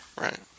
Right